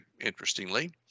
interestingly